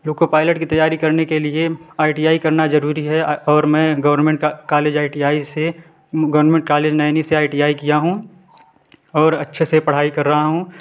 लोको pilot की तैयारी करने के लिए आइ टी आई करना जरूरी है और मैं गोवर्मेंट का कालेज आइ टी आई से गोवर्मेंट कालेज नैनी से आइ टी आई किया हूँ और अच्छे से पढ़ाई कर रहा हूँ